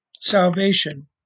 salvation